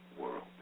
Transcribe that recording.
world